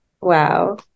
Wow